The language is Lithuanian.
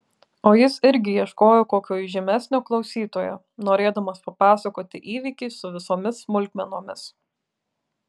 o jis irgi ieškojo kokio įžymesnio klausytojo norėdamas papasakoti įvykį su visomis smulkmenomis